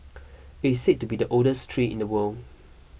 it is said to be the oldest tree in the world